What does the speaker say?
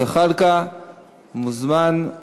מוזמן,